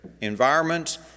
environments